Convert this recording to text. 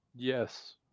Yes